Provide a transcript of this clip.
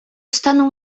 stanął